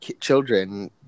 children